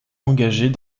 engagés